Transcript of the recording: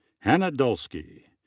hannah dulski.